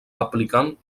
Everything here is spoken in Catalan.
aplicant